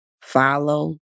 follow